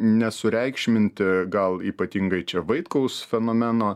nesureikšminti gal ypatingai čia vaitkaus fenomeno